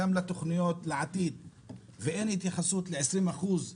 לתוכניות לעתיד ואין התייחסות ל-20 אחוז מהאזרחים,